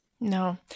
No